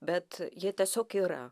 bet jie tiesiog yra